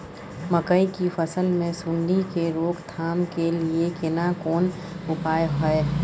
मकई की फसल मे सुंडी के रोक थाम के लिये केना कोन उपाय हय?